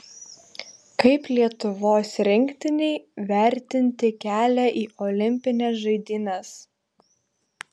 kaip lietuvos rinktinei vertinti kelią į olimpines žaidynes